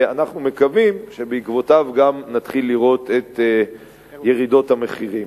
ואנחנו מקווים שבעקבותיו גם נתחיל לראות את ירידות המחירים.